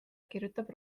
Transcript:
kirjutab